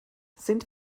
sind